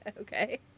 okay